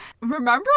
Remember